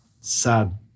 sad